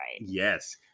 Yes